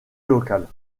locale